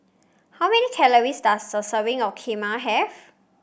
how many calories does a serving of Kheema have